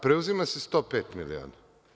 Preuzima se 105 miliona.